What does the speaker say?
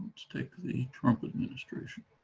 take the trump administration.